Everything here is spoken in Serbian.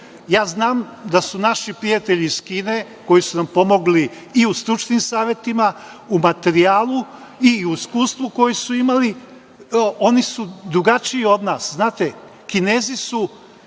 da su naši prijatelji iz Kine, koji su nam pomogli i u stručnim savetima, u materijalu i u iskustvu koje su imali, oni su drugačiji od nas,